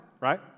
right